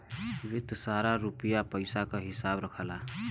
वित्त सारा रुपिया पइसा क हिसाब रखला